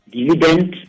Dividend